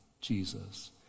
Jesus